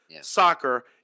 Soccer